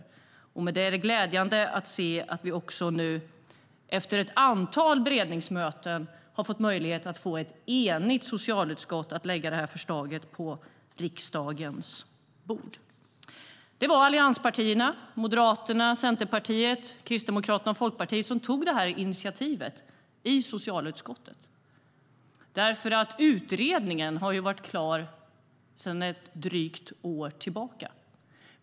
I och med det är det glädjande att se att vi också nu efter ett antal beredningsmöten har fått möjlighet att få ett enigt socialutskott att lägga fram detta förslag på riksdagens bord. Det var allianspartierna - Moderaterna, Centerpartiet, Kristdemokraterna och Folkpartiet - som tog initiativet i socialutskottet. Utredningen har varit klar sedan drygt ett år tillbaka.